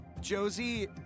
Josie